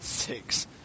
Six